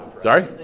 Sorry